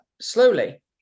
slowly